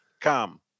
come